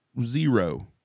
zero